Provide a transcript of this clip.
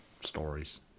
stories